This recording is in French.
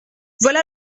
voilà